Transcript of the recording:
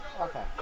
okay